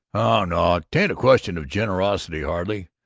oh, no, tain't a question of generosity, hardly.